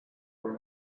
are